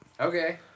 Okay